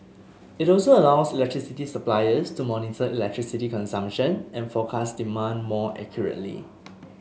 it also allows electricity suppliers to monitor electricity consumption and forecast demand more accurately